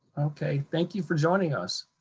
okay, thank you for joining us.